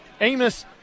Amos